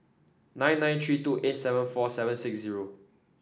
nine nine three two eight seven four seven six zero